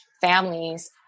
families